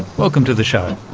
welcome to the show.